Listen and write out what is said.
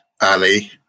Ali